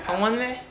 好玩 meh